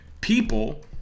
people